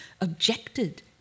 objected